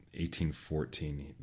1814